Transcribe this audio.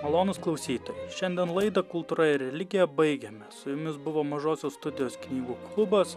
malonūs klausytojai šiandien laidą kultūra ir religija baigiame su jumis buvo mažosios studijos knygų klubas